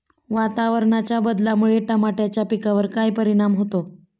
वातावरणाच्या बदलामुळे टमाट्याच्या पिकावर काय परिणाम होतो?